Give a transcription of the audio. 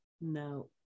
no